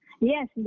yes